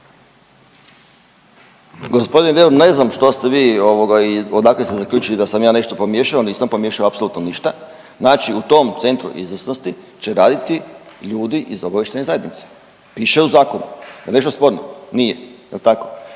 Gospodine Deur ne znam što ste vi i odakle ste zaključili da sam ja nešto pomiješao, nisam pomiješao apsolutno ništa. Znači u tom Centru izvrsnosti će raditi ljudi iz obavještajne zajednice, piše u zakonu. Jel nešto sporno? Nije. Jel' tako?